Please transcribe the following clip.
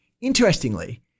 Interestingly